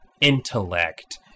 intellect